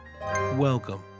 Welcome